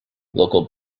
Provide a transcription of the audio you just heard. local